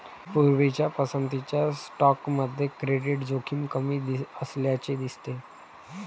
पूर्वीच्या पसंतीच्या स्टॉकमध्ये क्रेडिट जोखीम कमी असल्याचे दिसते